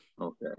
okay